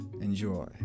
Enjoy